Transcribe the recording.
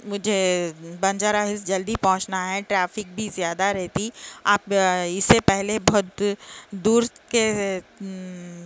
مجھے بنجارا ہلس جلدی پہنچنا ہے ٹریفک بھی زیادہ رہتی آپ اس سے پہلے بہت دور کے